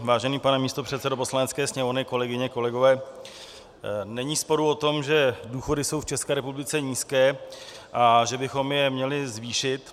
Vážený pane místopředsedo Poslanecké sněmovny, kolegyně, kolegové, není sporu o tom, že důchody jsou v České republice nízké a že bychom je měli zvýšit.